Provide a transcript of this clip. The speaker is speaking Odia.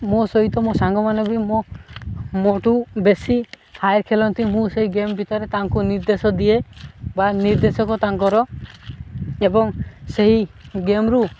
ମୋ ସହିତ ମୋ ସାଙ୍ଗମାନେ ବି ମୋ ମୋଠୁ ବେଶୀ ହାୟ ଖେଳନ୍ତି ମୁଁ ସେଇ ଗେମ୍ ଭିତରେ ତାଙ୍କୁ ନିର୍ଦ୍ଦେଶ ଦିଏ ବା ନିର୍ଦ୍ଦେଶକ ତାଙ୍କର ଏବଂ ସେହି ଗେମ୍ରୁ